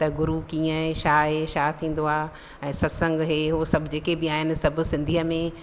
त गुरू कीअं आहे छा थींदो आहे ऐं सत्संग हे हो सभु जेके बि आहिनि सभु सिंधीअ में